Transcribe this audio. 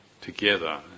together